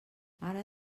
ara